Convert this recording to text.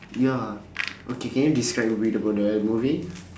ya okay can you describe a bit about that movie